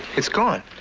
it's gone.